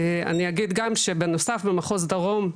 אני אגיד גם שבנוסף במחוז דרום,